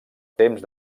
temps